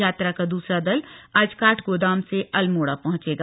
यात्रा का दूसरा दल आज काठगोदाम से अल्मोड़ा पहुंचेगा